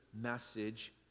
message